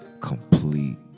complete